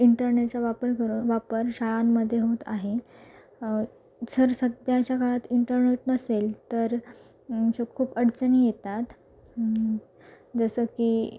इंटरनेटचा वापर कर वापर शाळांमध्ये होत आहे झर सध्याच्या काळात इंटरनेट नसेल तर अशा खूप अडचणी येतात जसं की